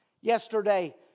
Yesterday